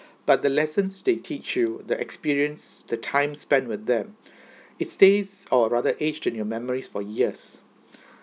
but the lessons they teach you the experience the time spent with them it stays or rather etched in your memories for years